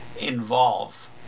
involve